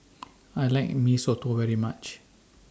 I like Mee Soto very much